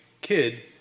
kid